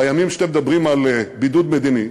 בימים שאתם מדברים על בידוד מדיני,